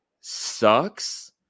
sucks